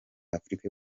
afurika